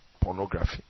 pornography